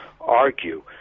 argue